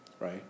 Right